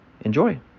Enjoy